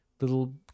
Little